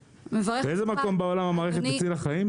באיזה מקום בעולם המערכת הזאת הצילה חיים?